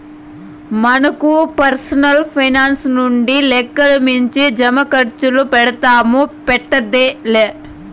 మనకు పర్సనల్ పైనాన్సుండింటే లెక్కకు మించి జమాకర్సులు పెడ్తాము, పెట్టేదే లా